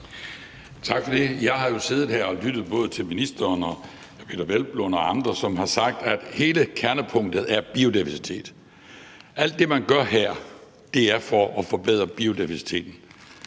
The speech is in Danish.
Tak for det. Jeg har jo siddet her og lyttet både til ministeren og hr. Peder Hvelplund og andre, som har sagt, at hele kernepunktet er biodiversitet. Alt det, man gør her, er for at forbedre biodiversiteten.